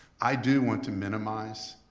i do want to minimize